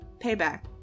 payback